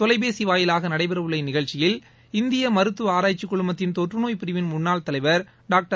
தொலைபேசி வாயிலாக நடைபெற உள்ள இந்நிகழ்ச்சியில் இந்திய மருத்துவ ஆராய்ச்சிக் குழுமத்தின் தொற்றுநோய் பிரிவின் முன்னாள் தலைவர் டாக்டர்